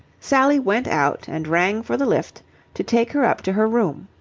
sally went out and rang for the lift to take her up to her room.